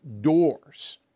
doors